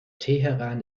teheran